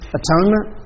atonement